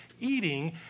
eating